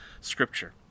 Scripture